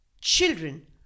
Children